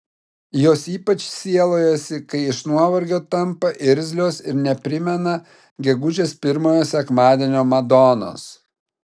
jos ypač sielojasi kai iš nuovargio tampa irzlios ir neprimena gegužės pirmojo sekmadienio madonos